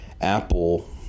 apple